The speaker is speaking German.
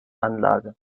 anlage